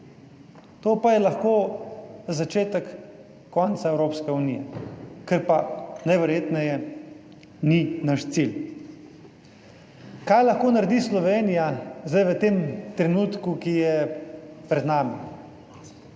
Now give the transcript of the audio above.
to pa je lahko začetek konca Evropske unije, kar pa najverjetneje ni naš cilj. Kaj lahko naredi Slovenija zdaj v tem trenutku, ki je pred nami?